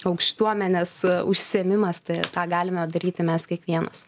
aukštuomenės užsiėmimas tą ką galime daryti mes kiekvienas